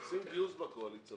עושים גיוס בקואליציה.